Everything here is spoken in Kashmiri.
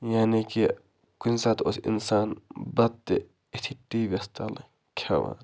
یعنی کہِ کُنہِ ساتہٕ اوس اِنسان بَتہٕ تہِ أتھی ٹی وِیَس تَل کھٮ۪وان